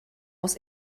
aus